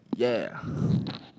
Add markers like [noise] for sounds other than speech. yeah [breath]